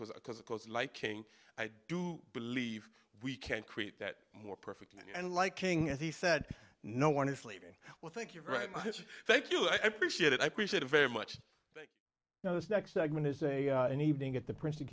because of course like king i do believe we can create that more perfect and liking as he said no one is sleeping well thank you very much thank you i appreciate it i appreciate it very much now this next segment is a an evening at the prin